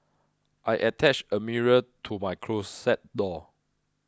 I attached a mirror to my closet door